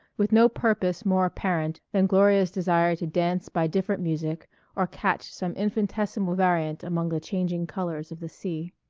with no purpose more apparent than gloria's desire to dance by different music or catch some infinitesimal variant among the changing colors of the sea.